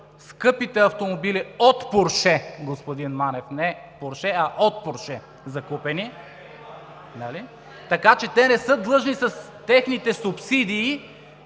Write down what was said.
скъпите автомобили от „Порше“, господин Манев! Не порше, а от „Порше“ закупени. Така че те не са длъжни с техните субсидии